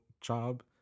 job